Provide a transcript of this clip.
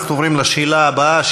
אנחנו עוברים לשאלה הבאה,